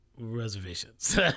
reservations